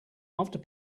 after